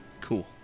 Cool